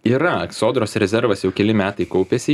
yra sodros rezervas jau keli metai kaupėsi